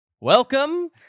Welcome